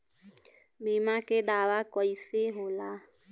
बीमा के दावा कईसे होला?